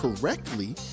correctly